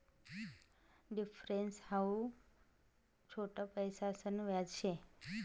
difference हाऊ छोट पैसासन व्याज शे